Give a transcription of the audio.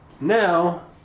now